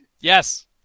Yes